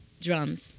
drums